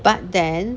but then